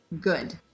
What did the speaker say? good